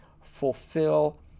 fulfill